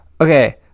Okay